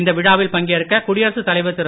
இந்த விழாவில் பங்கேற்க குடியரசுத் தலைவர் திரு